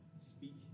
speak